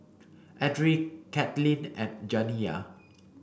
Edrie Caitlynn and Janiya